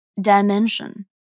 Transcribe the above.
dimension